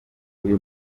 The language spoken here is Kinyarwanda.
uyu